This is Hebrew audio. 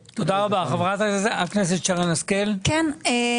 חברת הכנסת שרן השכל, בקשה.